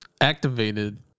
activated